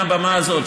מהבמה הזאת,